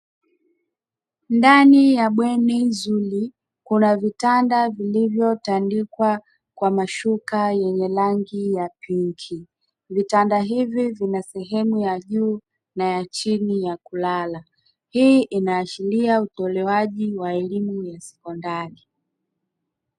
Ndani ya bweni zuri kuna vitanda vilivyotandikwa kwa mashuka yenye rangi ya pinki, vitanda hivi vina sehemu ya juu na ya chini ya kulala. Hii inaashiria utolewaji wa elimu ya sekondari.